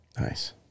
Nice